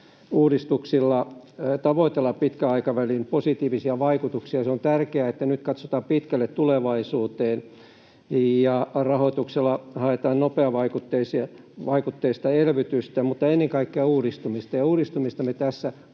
Kokonaisuudistuksilla tavoitellaan pitkän aikavälin positiivisia vaikutuksia. Se on tärkeää, että nyt katsotaan pitkälle tulevaisuuteen. Rahoituksella haetaan nopeavaikutteista elvytystä mutta ennen kaikkea uudistumista, ja uudistumista me tässä